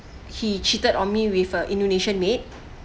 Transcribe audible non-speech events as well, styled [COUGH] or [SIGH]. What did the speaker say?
he cheated on me with a indonesian maid [BREATH]